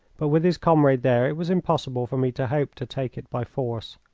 but with his comrade there it was impossible for me to hope to take it by force.